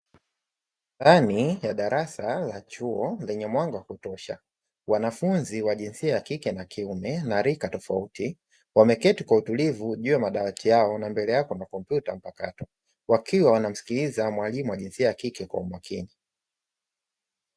Ndani ya darasa la chuo lenye mwanga wa kutosha, wanafunzi wa jinsia ya kike na kiume na rika tofauti, wameketi kwa utulivu juu ya madawati yao na mbele yao kuna kompyuta mpakato, wakiwa wanamsikiliza mwalimu wa jinsia ya kike kwa umakini.